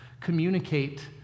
communicate